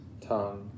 tongue